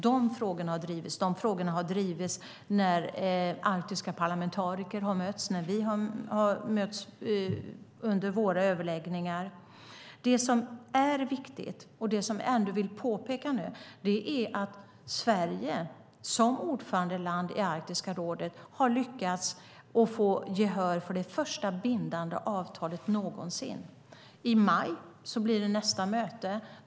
De frågorna har drivits när vi arktiska parlamentariker har mötts under våra överläggningar. Det är viktigt att påpeka att Sverige som ordförandeland i Arktiska rådet lyckats få gehör för det första bindande avtalet någonsin. I maj hålls nästa möte.